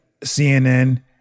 CNN